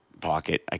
pocket